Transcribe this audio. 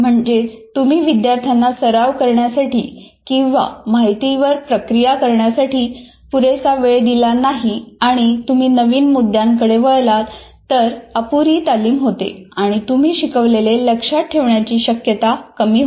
म्हणजेच तुम्ही विद्यार्थ्यांना सराव करण्यासाठी किंवा माहितीवर प्रक्रिया करण्यासाठी पुरेसा वेळ दिला नाही आणि तुम्ही नवीन मुद्द्याकडे वळलात तर अपुरी तालीम होते आणि तुम्ही शिकवलेले लक्षात ठेवण्याची शक्यता कमी होते